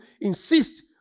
insist